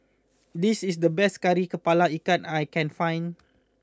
this is the best Kari Kepala Ikan that I can find